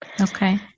Okay